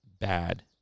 bad